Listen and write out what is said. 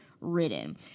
ridden